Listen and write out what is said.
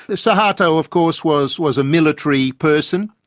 ah suharto of course was was a military person.